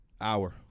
hour